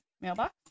mailbox